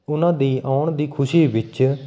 ਉਹਨਾਂ ਦੀ ਆਉਣ ਦੀ ਖੁਸ਼ੀ ਵਿੱਚ